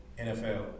NFL